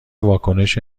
واکنش